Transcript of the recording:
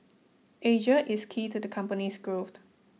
Asia is key to the company's growth